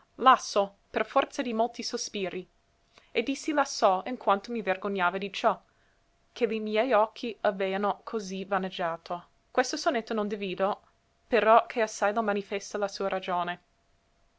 lasso per forza di molti sospiri e dissi lasso in quanto mi vergognava di ciò che li miei occhi aveano così vaneggiato questo sonetto non divido però che assai lo manifesta la sua ragione